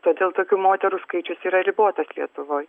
todėl tokių moterų skaičius yra ribotas lietuvoj